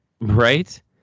Right